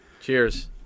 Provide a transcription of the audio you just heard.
Cheers